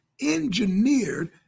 engineered